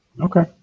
Okay